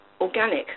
organic